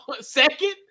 second